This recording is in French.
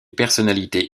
personnalité